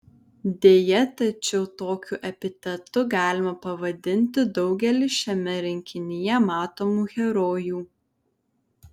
deja tačiau tokiu epitetu galima pavadinti daugelį šiame rinkinyje matomų herojų